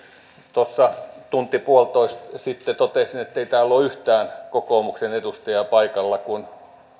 tuossa tunti puolitoista sitten totesin ettei täällä ole yhtään kokoomuksen edustajaa paikalla kun